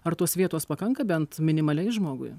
ar tos vietos pakanka bent minimaliai žmogui